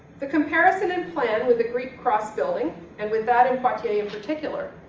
the comparison and plan with a greek cross building, and with that in poitiers in particular,